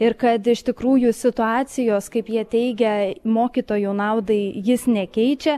ir kad iš tikrųjų situacijos kaip jie teigia mokytojų naudai jis nekeičia